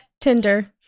Tinder